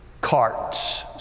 carts